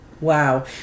wow